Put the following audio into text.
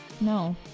No